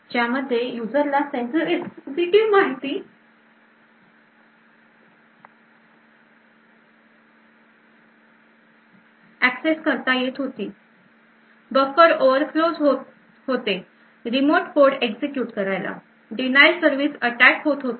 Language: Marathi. ज्यामध्ये युजरला sensitive माहिती एक्सेस करता येत होती buffer overflows होतं होते रिमोट कोड एक्झिक्युट करायलाDenial service attack होतं होते